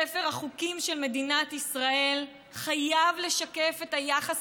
ספר החוקים של מדינת ישראל חייב לשקף את היחס